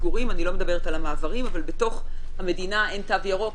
סגורים אני לא מדברת על המעברים ובתוך המדינה אין תו ירוק,